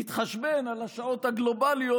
נתחשבן על השעות הגלובליות,